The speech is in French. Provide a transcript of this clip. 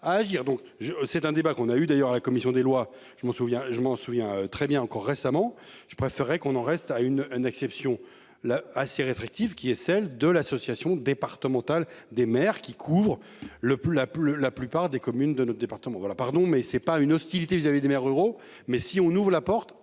à agir donc je c'est un débat qu'on a eu d'ailleurs la commission des lois, je m'en souviens, je m'en souviens très bien encore récemment, je préférerais qu'on en reste à une une acception la assez restrictive qui est celle de l'association départementale des maires qui couvre le plus la le la plupart des communes de notre département la pardon mais c'est pas une hostilité vis-à-vis des maires ruraux. Mais si on ouvre la porte,